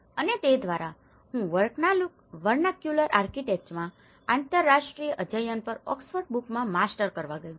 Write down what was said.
અને તે દ્વારા હું વર્નાક્યુલર આર્કિટેક્ચરમાં આંતરરાષ્ટ્રીય અધ્યયન પર ઓક્સફર્ડ બ્રૂક્સમાં માસ્ટર્સ કરવા ગયો